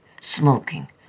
smoking